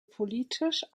politisch